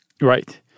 right